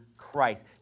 Christ